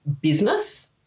business